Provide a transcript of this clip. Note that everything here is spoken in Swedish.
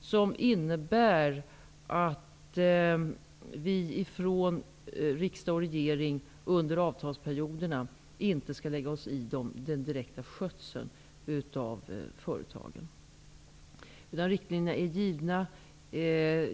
som innebär att riksdag och regering inte skall lägga sig i den direkta skötsel av företagen under avtalsperioderna. Riktlinjerna är givna.